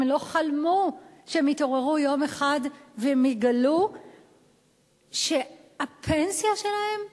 הם לא חלמו שהם יתעוררו יום אחד ויגלו שהפנסיה שלהם איננה.